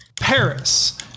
Paris